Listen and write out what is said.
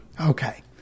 Okay